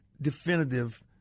definitive